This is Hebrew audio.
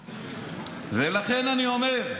לכן, אני אומר,